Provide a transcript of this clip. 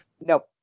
Nope